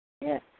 Yes